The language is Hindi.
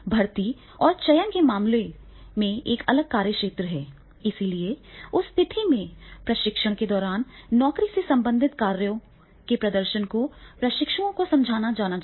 भर्ती और चयन के मामले में एक अलग कार्यक्षेत्र है इसलिए उस स्थिति में प्रशिक्षण के दौरान नौकरी से संबंधित कार्यों के प्रदर्शन को प्रशिक्षुओं को समझाया जाना चाहिए